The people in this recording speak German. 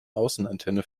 außenantenne